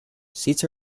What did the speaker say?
seats